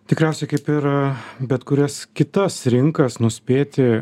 tikriausiai kaip ir bet kurias kitas rinkas nuspėti